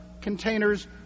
containers